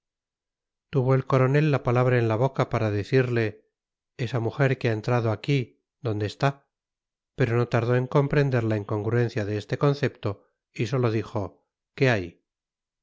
tuvo el coronel la palabra en la boca para decirle esa mujer que ha entrado aquí dónde está pero no tardó en comprender la incongruencia de este concepto y sólo dijo qué hay